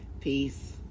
Peace